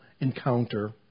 encounter